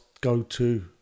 go-to